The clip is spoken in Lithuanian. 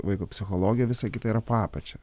vaiko psichologiją visa kita yra po apačia